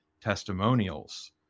testimonials